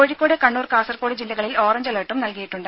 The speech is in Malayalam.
കോഴിക്കോട് കണ്ണൂർ കാസർകോട് ജില്ലകളിൽ ഓറഞ്ച് അലർട്ടും നൽകിയിട്ടുണ്ട്